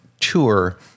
tour